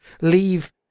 leave